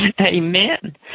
Amen